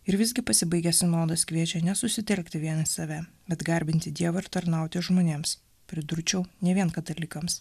ir visgi pasibaigęs sinodas kviečia nesusitelkti vien į save bet garbinti dievą ir tarnauti žmonėms pridurčiau ne vien katalikams